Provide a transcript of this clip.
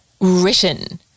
written